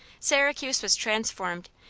syracuse was transformed,